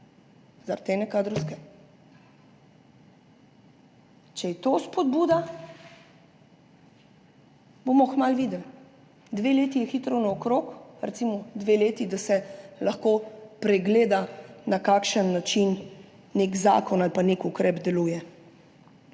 zaradi ene kadrovske. Če je to spodbuda, bomo kmalu videli, dve leti je hitro naokrog, recimo dve leti, da se lahko pregleda, na kakšen način nek zakon ali pa nek ukrep deluje.